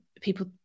people